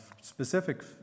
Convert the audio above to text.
specific